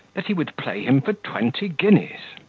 that he would play him for twenty guineas.